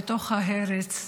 בתוך ההרס,